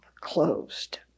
closed